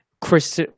Chris